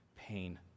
pain